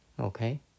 Okay